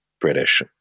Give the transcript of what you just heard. British